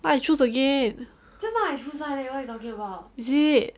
why I choose again is it